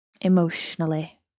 emotionally